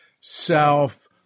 self